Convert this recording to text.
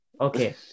Okay